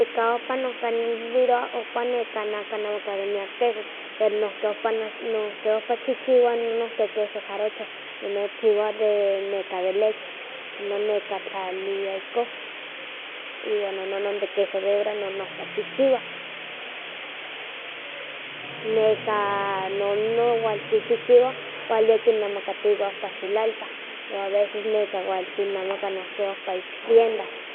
Nika ompa nonka ne nivivirowa, ompa kinemakah de miak quesos, pero nohki ompa ke ohpa kchichiwah nonke queso jarocho, non kchiwa de de leche, inon kitlalia ihkon. Iwan nonon de queso de hebra no nohpa kchichiwa. Neka nonon wal kichichiwa wan ya kinemakatiwih ompa xulalpa, wan veces no ompa kinemakah nohki ompa ich tiendas.